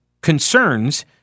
concerns